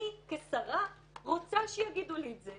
אני כשרה רוצה שיגידו לי את זה